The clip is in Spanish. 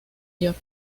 york